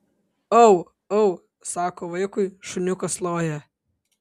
au au sako vaikui šuniukas loja